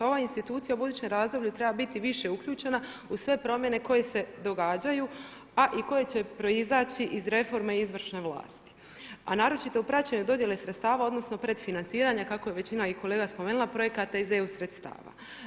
Ova institucija u budućem razdoblje treba biti više uključena u sve promjene koje se događaju a i koje će proizaći iz reforme izvršne vlasti, a naročito u praćenju dodjele sredstava odnosno predfinanciranja kako je većina i kolega spomenula projekata iz EU sredstava.